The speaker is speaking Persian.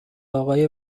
آقای